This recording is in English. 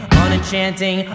unenchanting